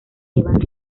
llevan